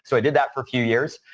so i did that for a few years.